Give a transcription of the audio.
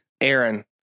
Aaron